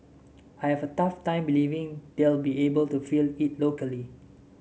I have a tough time believing they'll be able to fill it locally